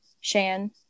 shan